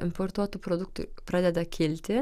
importuotų produktų pradeda kilti